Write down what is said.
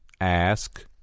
Ask